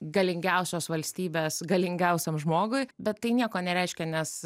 galingiausios valstybės galingiausiam žmogui bet tai nieko nereiškia nes